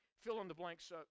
fill-in-the-blanks